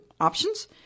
options